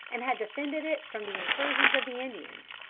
and had defended it from the incursions of the indians.